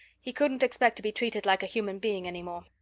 he couldn't expect to be treated like a human being any more.